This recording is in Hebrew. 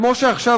כמו שעכשיו,